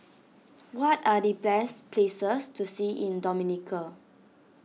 what are the bless places to see in Dominica